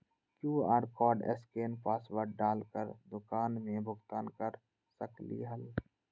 QR code scan password डाल कर दुकान में भुगतान कर सकलीहल?